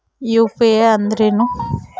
UPI ಅಂದ್ರೇನು?